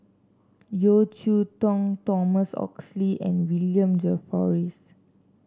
Yeo Cheow Tong Thomas Oxley and William Jervois